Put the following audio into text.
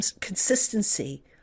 consistency